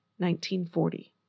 1940